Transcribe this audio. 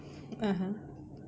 (uh huh)